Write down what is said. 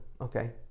okay